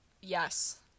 Yes